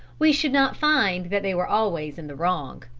we should not find that they were always in the wrong.